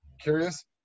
curious